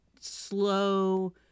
Slow